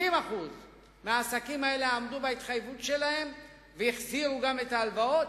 70% מהעסקים האלה עמדו בהתחייבות שלהם והחזירו גם את ההלוואות,